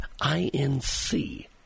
I-N-C